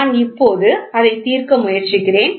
நான் இப்போது அதை தீர்க்க முயற்சிக்கிறேன்